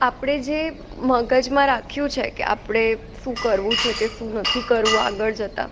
આપણે જે મગજમાં રાખ્યું છે કે આપણે શું કરવું છે કે શું નથી કરવું આગળ જતાં